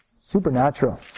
Supernatural